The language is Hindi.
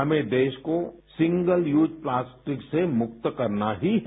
हमें देश को सिंगल यूज प्लास्टिक से मुक्त करना ही है